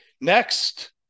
next